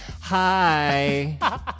Hi